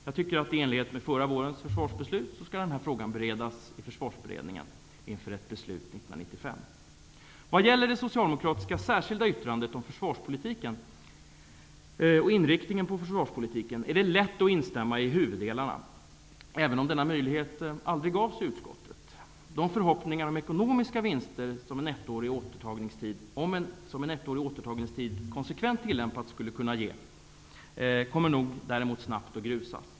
Jag tycker att denna fråga i enlighet med förra vårens försvarsbeslut skall beredas i Försvarsberedningen inför ett beslut 1995. När det gäller det socialdemokratiska särskilda yttrandet om inriktningen av försvarspolitiken är det lätt att instämma i huvuddelarna, även om denna möjlighet aldrig gavs i utskottet. De förhoppningar om ekonomiska vinster som en konsekvent tillämpad ettårig återtagningstid skulle kunna ge kommer nog däremot snabbt att grusas.